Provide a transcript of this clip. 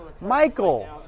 Michael